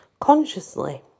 consciously